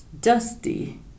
Dusty